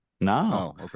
No